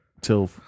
till